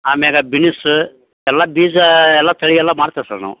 ಆಮ್ಯಾಗೆ ಬಿನಿಸ್ಸ ಎಲ್ಲ ಬೀಜ ಎಲ್ಲ ತಳಿ ಎಲ್ಲ ಮಾರ್ತೀವಿ ಸರ್ ನಾವು